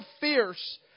fierce